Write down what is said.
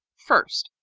first.